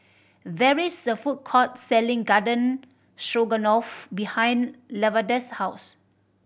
there is a food court selling Garden Stroganoff behind Lavada's house